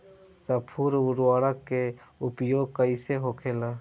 स्फुर उर्वरक के उपयोग कईसे होखेला?